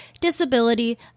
disability